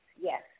yes